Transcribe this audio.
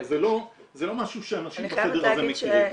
זה לא משהו שאנשים בחדר הזה מכירים.